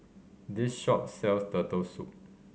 this shop sells Turtle Soup